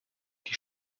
die